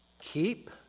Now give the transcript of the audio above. keep